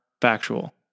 factual